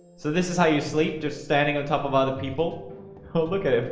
so this is how you sleep just standing on top of other people. oh look at him.